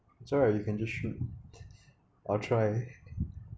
it's alright you can just shoot I'll try